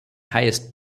highest